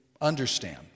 understand